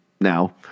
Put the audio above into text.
now